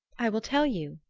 i will tell you,